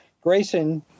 Grayson